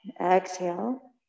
exhale